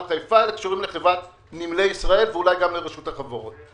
חיפה אלא לחברת נמלי ישראל ואולי גם לרשות החברות.